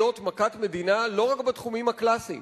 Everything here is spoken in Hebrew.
מכת מדינה לא רק בתחומים הקלאסיים,